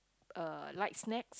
uh light snacks